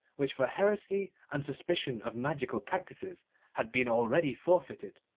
which for heresy and suspicion of magical practices had been already forfeited,